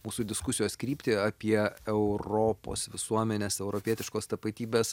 mūsų diskusijos kryptį apie europos visuomenes europietiškos tapatybės